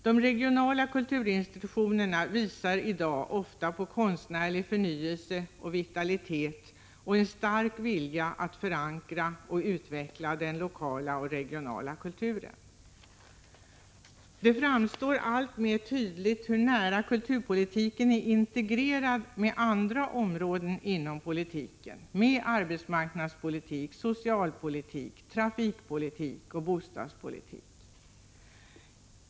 De regionala kulturinstitutionerna visar i dag ofta på konstnärlig förnyelse och vitalitet samt en stark vilja att förankra och utveckla den lokala och regionala kulturen. Det framstår alltmer tydligt hur nära kulturpolitiken är integrerad med andra områden inom politiken — med arbetsmarknadspolitik, socialpolitik, trafikpolitik och bostadspolitik.